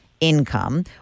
income